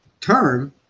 term